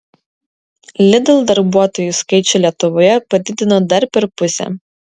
lidl darbuotojų skaičių lietuvoje padidino dar per pusę